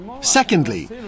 Secondly